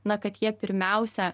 na kad jie pirmiausia